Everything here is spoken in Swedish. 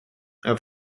jag